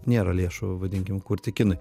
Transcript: nėra lėšų vadinkim kurti kinui